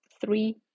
three